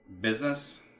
business